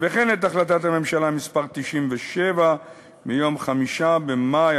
וכן את החלטת הממשלה מס' 97 מ-5 במאי